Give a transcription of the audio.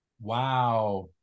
wow